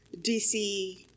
DC